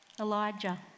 Elijah